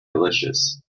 delicious